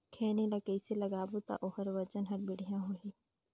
खैनी ला कइसे लगाबो ता ओहार वजन हर बेडिया होही?